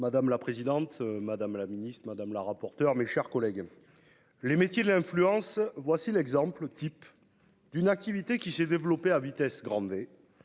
Madame la présidente, madame la ministre madame la rapporteure, mes chers collègues. Les métiers de l'influence. Voici l'exemple type. D'une activité qui s'est développé à vitesse grand V